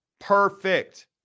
Perfect